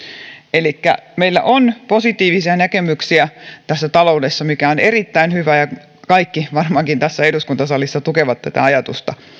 elikkä meillä on positiivisia näköaloja tässä taloudessa mikä on erittäin hyvä ja kaikki varmaankin tässä eduskuntasalissa tukevat tätä ajatusta